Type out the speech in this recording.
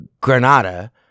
Granada